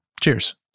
cheers